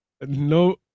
No